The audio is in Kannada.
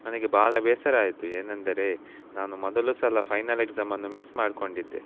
ನನಗೆ ಬಹಳ ಬೇಸರ ಆಯಿತು ಏನೆಂದರೆ ನಾನು ಮೊದಲ ಸಲ ಫೈನಲ್ ಎಕ್ಸಾಮನ್ನು ಮಿಸ್ ಮಾಡ್ಕೊಂಡಿದ್ದೆ